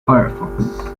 firefox